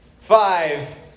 Five